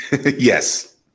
Yes